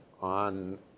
on